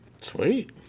Sweet